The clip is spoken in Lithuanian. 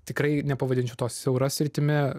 tikrai nepavadinčiau to siaura sritimi